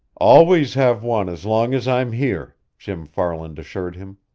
always have one as long as i'm here, jim farland assured him.